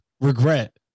regret